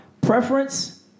preference